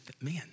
man